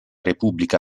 repubblica